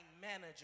manager